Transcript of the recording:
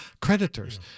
creditors